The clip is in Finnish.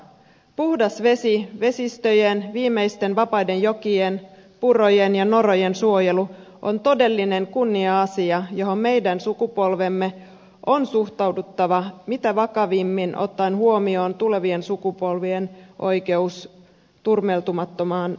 puhdas vesi vesistöjen viimeisten vapaiden jokien purojen ja norojen suojelu on todellinen kunnia asia johon meidän sukupolvemme on suhtauduttava mitä vakavimmin ottaen huomioon tulevien sukupolvien oikeus turmeltumattomaan elinympäristöön